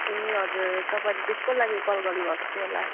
ए हजुर तपाईँले त्यसको लागि कल गर्नुभएको थियो होला